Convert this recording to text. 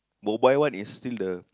mobile one is still the